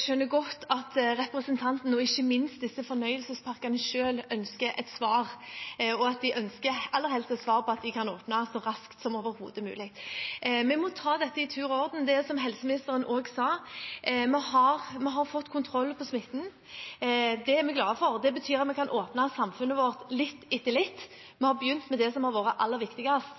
skjønner godt at representanten – og ikke minst disse fornøyelsesparkene selv – ønsker et svar, og at de aller helst ønsker et svar om at de kan åpne så raskt som overhodet mulig. Vi må ta dette i tur og orden. Vi har, som helseministeren også sa, fått kontroll på smitten. Det er vi glade for, og det betyr at vi kan åpne samfunnet vårt litt etter litt. Vi har begynt med det som har